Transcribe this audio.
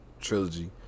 trilogy